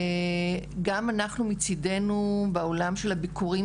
גם אנחנו מצידנו בעולם של הביקורים